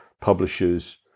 publishers